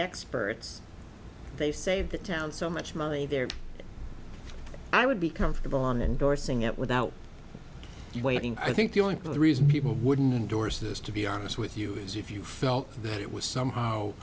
experts they saved the town so much money there i would be comfortable on endorsing it without waiting i think the only reason people wouldn't indorse this to be honest with you is if you felt that it was somehow